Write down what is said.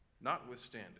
Notwithstanding